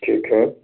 ठीक है